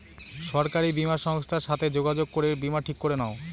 সরকারি বীমা সংস্থার সাথে যোগাযোগ করে বীমা ঠিক করে নাও